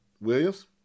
Williams